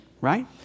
right